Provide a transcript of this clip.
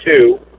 two